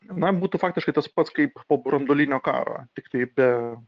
na būtų faktiškai tas pats kaip po branduolinio karo tiktai be